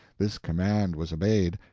this command was obeyed.